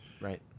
Right